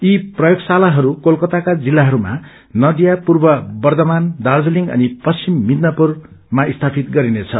यी प्रयोगशातहरूमा कोलकत्ताका जिल्लाहरूमा नदिया पूर्व वर्दवान दार्जीतिङ अनि पश्चिम मेदिनीपुरमा स्थापित गरिनेछ